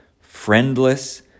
Friendless